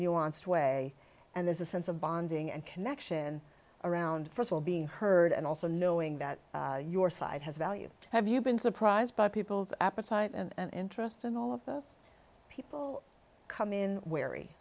nuanced way and there's a sense of bonding and connection around for a while being heard and also knowing that your side has value have you been surprised by people's appetite and interest in all of those people come in w